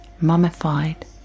mummified